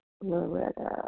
Loretta